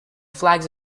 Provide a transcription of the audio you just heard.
flags